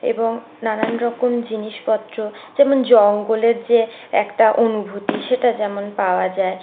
এবং নানান রকম জিনিসপত্র যেমন জঙ্গলের যে একটা অনুভূতি সেটা যেমন পাওয়া যায়